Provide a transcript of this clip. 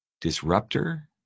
disruptor